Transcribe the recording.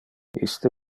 iste